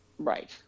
Right